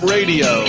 Radio